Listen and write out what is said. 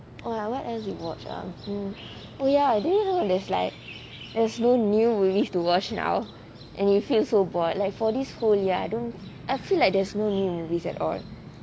oh ya what else we watch ah mm oh ya do you know there's like there's no new movies to watch now and you feel so bored like for this whole year I don't I feel like there's no new movies at all